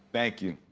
thank you.